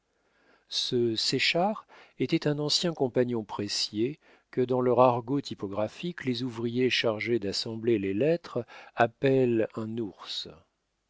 ce séchard était un ancien compagnon pressier que dans leur argot typographique les ouvriers chargés d'assembler les lettres appellent un ours